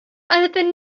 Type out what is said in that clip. anything